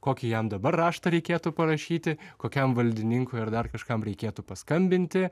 kokį jam dabar raštą reikėtų parašyti kokiam valdininkui ar dar kažkam reikėtų paskambinti